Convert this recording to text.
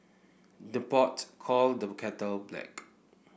the pot call the kettle black